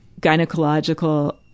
gynecological